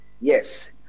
yes